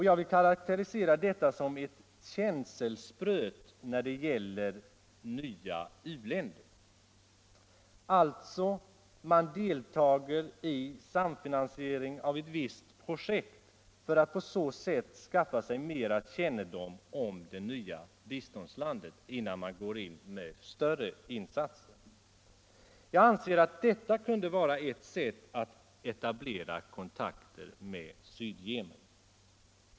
Jag vill karakterisera detta som ett känselspröt när det gäller nya u-länder. Man deltar alltså i samfinansiering av ett visst projekt för att på så sätt skaffa sig mer kännedom om det nya biståndslandet, innan man gör större insatser. Jag anser att detta kunde vara ett sätt att etablera kontakter med Sydyemen.